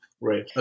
right